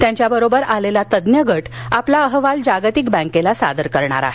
त्यांच्याबरोबर आलेला तज्ज्ञ गट आपला अहवाल जागतिक बँकेला सादर करणार आहे